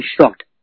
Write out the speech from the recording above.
shocked